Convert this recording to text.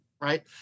right